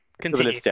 continue